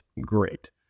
Great